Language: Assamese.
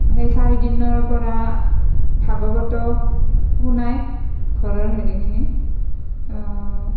সেই চাৰি দিনৰ পৰা ভাগৱতো শুনায় ঘৰৰ হেৰিখিনিক